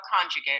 conjugate